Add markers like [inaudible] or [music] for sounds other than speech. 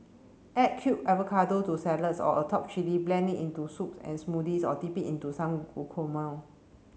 add cube avocado to salads or atop chilli blend it into soups and smoothies or dip into some [unintelligible]